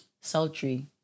sultry